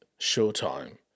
Showtime